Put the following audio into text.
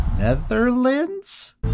netherlands